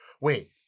wait